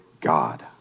God